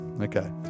Okay